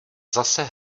zase